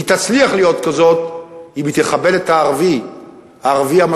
והיא תצליח להיות כזאת אם היא תכבד את הערבי,